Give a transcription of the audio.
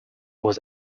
was